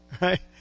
Right